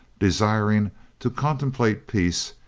desiring to contemplate peace,